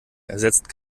ersetzt